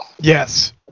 Yes